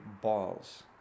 balls